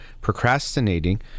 procrastinating